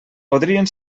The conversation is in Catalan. podrien